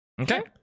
Okay